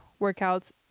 workouts